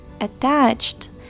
attached